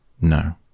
No